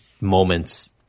moments